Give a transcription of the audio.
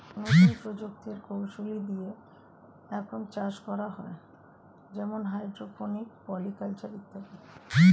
নতুন প্রযুক্তি কৌশলী দিয়ে এখন চাষ করা হয় যেমন হাইড্রোপনিক, পলি কালচার ইত্যাদি